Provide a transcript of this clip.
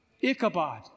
Ichabod